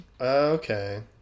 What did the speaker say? okay